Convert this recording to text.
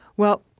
well,